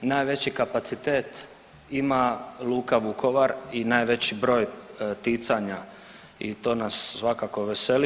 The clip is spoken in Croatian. Najveći kapacitet ima Luka Vukovar i najveći broj ticanja i to nas svakako veseli.